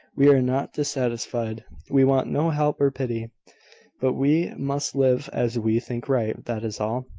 we are not dissatisfied we want no help or pity but we must live as we think right that is all.